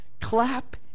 clap